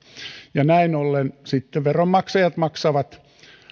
ja näin ollen sitten veronmaksajat